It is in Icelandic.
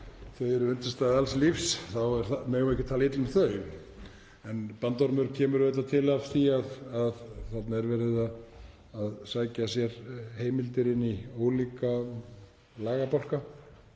þau eru undirstaða alls lífs þá megum við ekki tala illa um þau. En bandormurinn kemur auðvitað til af því að þarna er verið að sækja sér heimildir inn í ólíka lagabálka